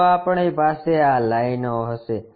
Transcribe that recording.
તો આપણી પાસે આ લાઈનો હશે